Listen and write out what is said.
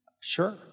Sure